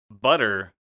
butter